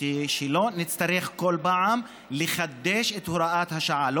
ולא נצטרך כל פעם לחדש את הוראת השעה,